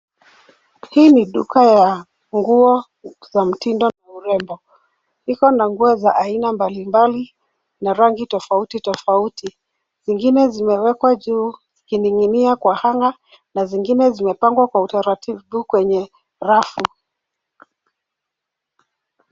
Hii ni duka ya nguo za mtindo na urembo. Iko na nguo za aina mbalimbali na rangi tofauti tofauti. Zingine zimewekwa juu ikining'inia kwa hanger na zingine zimepangwa kwa utaratibu kwenye rafu.